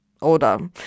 Oder